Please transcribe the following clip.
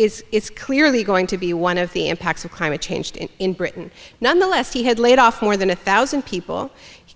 is it's clearly going to be one of the impacts of climate change in britain nonetheless he had laid off more than a thousand people